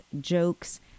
jokes